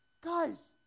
Guys